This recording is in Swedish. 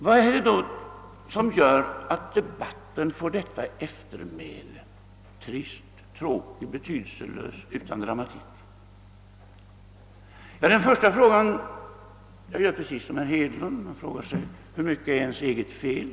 Vad är det då som gör att debatten får detta eftermäle: trist, tråkig, betydelselös, utan dramatik? Den första frågan jag ställer mig — jag gör precis som herr Hedlund — är: Hur mycket är ens eget fel?